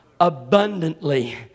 abundantly